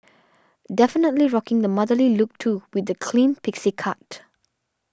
definitely rocking the motherly look too with that clean pixie cut